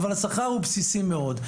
אבל השכר הוא בסיסי מאוד.